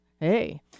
Hey